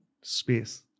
space